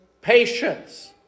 patience